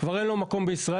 כבר אין לו מקום בישראל.